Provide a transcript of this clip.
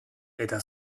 eta